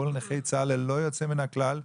כל נכי צה"ל ללא יוצא מן הכלל,